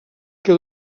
que